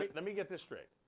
let me get this straight.